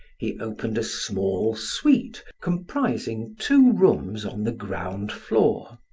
he opened a small suite, comprising two rooms on the ground floor.